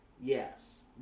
Yes